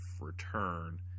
return